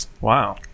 Wow